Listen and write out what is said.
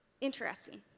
Interesting